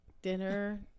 Dinner